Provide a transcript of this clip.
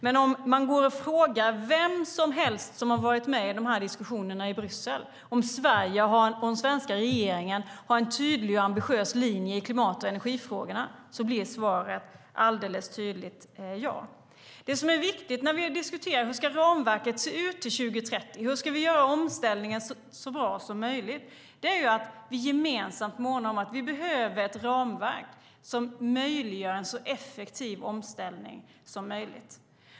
Men om man frågar vem som helst som har varit med i diskussionerna i Bryssel om Sverige och den svenska regeringen har en tydlig och ambitiös linje i klimat och energifrågorna blir svaret ett tydligt ja. Det som är viktigt när vi diskuterar hur ramverket ska se ut till 2030, hur vi ska göra omställningen så bra som möjligt, är att vi gemensamt månar om ett ramverk som möjliggör en så effektiv omställning som möjligt.